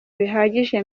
bihagije